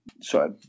Sorry